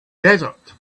desert